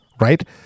Right